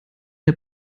der